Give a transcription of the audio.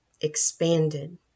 expanded